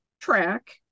track